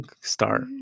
start